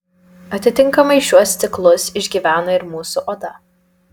atitinkamai šiuos ciklus išgyvena ir mūsų oda